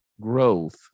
growth